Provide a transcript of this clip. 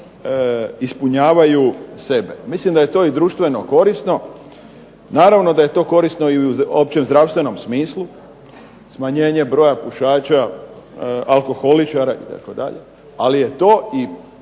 ispunjavaju sebe. Mislim da je to i društveno korisno. Naravno da je to korisno i u općem zdravstvenom smislu smanjenje broja pušača, alkoholičara itd. Ali je to i